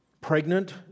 pregnant